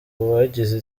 bagize